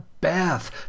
bath